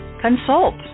Consult